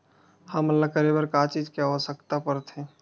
हमन ला करे बर का चीज के आवश्कता परथे?